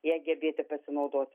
ja gebėti pasinaudot